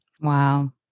Wow